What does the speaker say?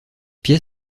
pièce